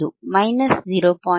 1 minus 0